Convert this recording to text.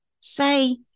say